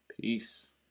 peace